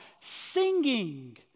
Singing